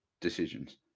decisions